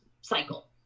cycle